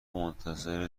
منتظر